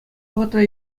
вӑхӑтра